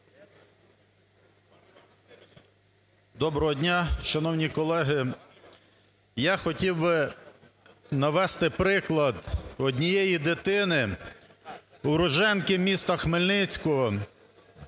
Доброго дня, шановні колеги! Я хотів би навести приклад однієї дитини, уродженки міста Хмельницького,